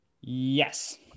Yes